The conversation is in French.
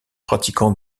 pratiquant